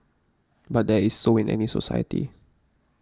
but that is so in any society